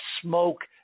smoke